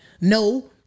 No